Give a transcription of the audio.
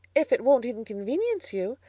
if it won't inconvenience you.